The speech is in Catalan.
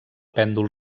pèndol